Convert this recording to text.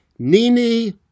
Nini